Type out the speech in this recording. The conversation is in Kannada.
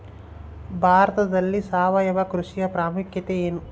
ಭಾರತದಲ್ಲಿ ಸಾವಯವ ಕೃಷಿಯ ಪ್ರಾಮುಖ್ಯತೆ ಎನು?